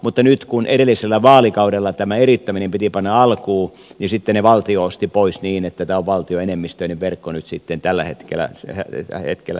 mutta nyt kun edellisellä vaalikaudella tämä eriyttäminen piti panna alkuun sitten ne valtio osti pois niin että tämä fingrid on valtioenemmistöinen verkko tällä hetkellä